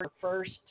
first